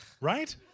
Right